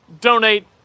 donate